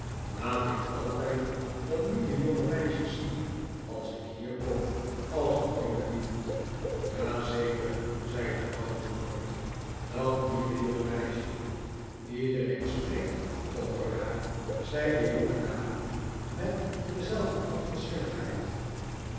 laat ik altijd dat lieve jonge meisje zien als ik hier kom als t u belief t ja zeker zei de oude lord dat lieve jonge meisje iedereen spreekt over haar zei de jongedame met dezelfde onverschilligheid